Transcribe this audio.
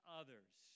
others